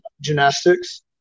gymnastics